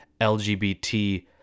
LGBT